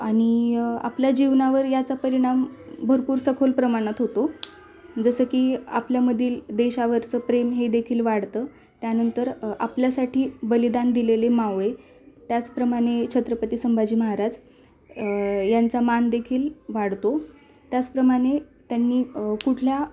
आणि आपल्या जीवनावर याचा परिणाम भरपूर सखोल प्रमाणात होतो जसं की आपल्यामधील देशावरचं प्रेम हे देखील वाढतं त्यानंतर आपल्यासाठी बलिदान दिलेले मावळे त्याचप्रमाणे छत्रपती संभाजी महाराज यांचा मानदेखील वाढतो त्याचप्रमाणे त्यांनी कुठल्या